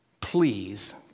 please